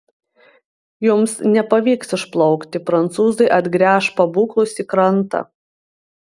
jums nepavyks išplaukti prancūzai atgręš pabūklus į krantą